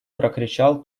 прокричал